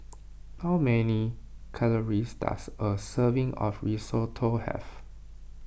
how many calories does a serving of Risotto have